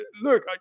Look